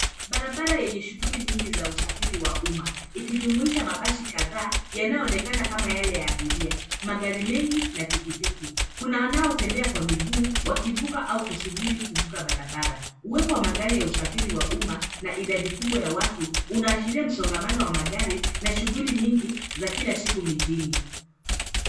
Barabara yenye shughuli nyingi za usafiri wa umma ikijumuisha mabasi kadhaa yanayoonekana kama yale ya abiria, magari mengi na pikipiki. Kuna wanaotembea kwa miguu wakivuka au kusubiri kuvuka barabara. Uwepo wa magari ya usafiri wa umma na idadi kubwa ya watu unaashiria msongamano wa magari na shughuli nyingi za kila siku mijini.